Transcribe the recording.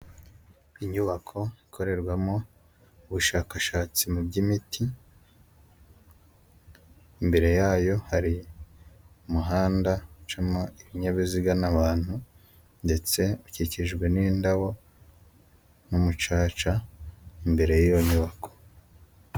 Inyubako ikorerwamo ubushakashatsi muby'imiti, imbere yayo hari umuhanda ucamo ibinyabiziga n'abantu ndetse ukikijwe n'indabo n'umucaca, imbere y'iyo nyubako.